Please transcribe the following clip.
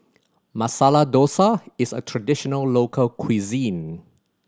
Masala Dosa is a traditional local cuisine